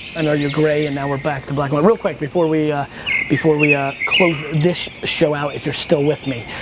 i know you're gray and now we're back to black and white. real quick, before we before we ah close this show out if you're still with me.